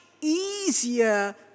easier